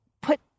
put